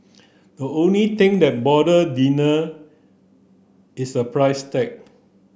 the only thing that bother diner is the price tag